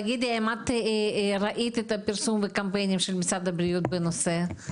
תגידי אם את ראית את הפרסום והקמפיין של משרד הבריאות בנושא?